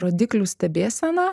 rodiklių stebėsena